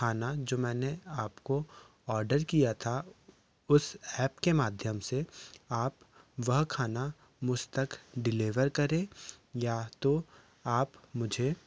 खाना जो मैंने आपको ऑर्डर किया था उस एप के माध्यम से आप वह खाना मुझ तक डिलेवर करें या तो आप मुझे